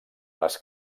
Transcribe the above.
les